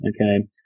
Okay